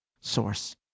source